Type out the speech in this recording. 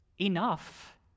enough